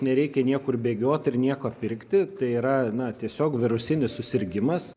nereikia niekur bėgiot ir nieko pirkti tai yra na tiesiog virusinis susirgimas